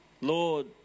Lord